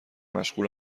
مشغول